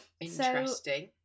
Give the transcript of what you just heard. Interesting